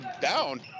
down